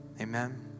Amen